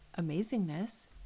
amazingness